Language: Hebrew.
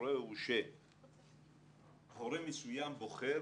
שקורה זה שהורה מסוים בוחר